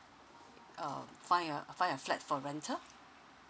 err find a find a flat for rental